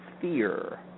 Fear